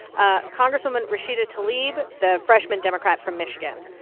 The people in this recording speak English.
ah congresswoman rashida tlaib, the freshman democrat from michigan,